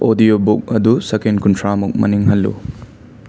audio book ꯑꯗꯨ ꯁꯦꯀꯦꯟ ꯀꯨꯟꯊ꯭ꯔꯥꯃꯨꯛ ꯃꯅꯤꯡ ꯍꯜꯂꯨ